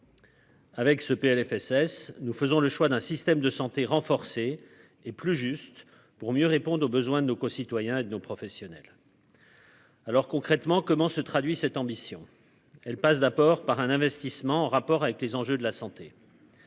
Avec ce Plfss nous faisons le choix d'un système de santé renforcée et plus juste pour mieux répondre aux besoins de nos concitoyens et de nos professionnels. Alors concrètement comment se traduit cette ambition, elle passe d'apport par un investissement en rapport avec les enjeux de la santé.